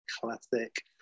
classic